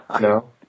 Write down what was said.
No